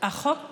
החוק